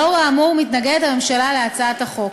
לאור האמור, מתנגדת הממשלה להצעת החוק.